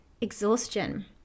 exhaustion